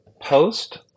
post